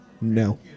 no